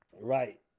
Right